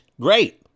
great